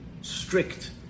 strict